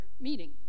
meeting